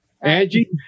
Angie